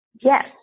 Yes